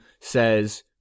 says